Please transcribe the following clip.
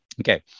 okay